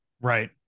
right